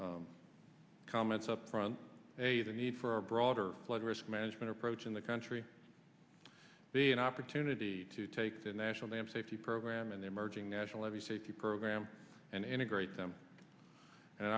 comments upfront a the need for a broader flood risk management approach in the country be an opportunity to take the national and safety program and emerging national every safety program and integrate them and